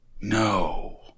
No